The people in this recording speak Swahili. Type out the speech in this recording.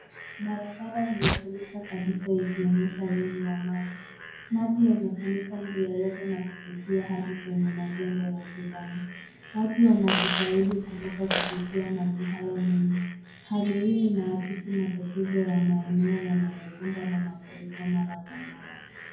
Barabara imefurika kabisa ikionyesha wingi wa maji. Maji yamefunika njia yote na kufikia kwenye majengo ya jirani. Watu wanajitahidi kuvuka kupitia maji hayo mengi. Hali hii inaakisi matatizo ya maeneo yanayokumbwa na mafuriko mara kwa mara.